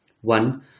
One